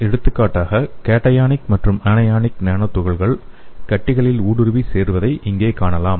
எடுத்துக்காட்டாக கேடயானிக் மற்றும் anionic nano துகள்கள் கட்டிகளில் ஊடுருவி சேர்வதை இங்கே காணலாம்